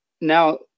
now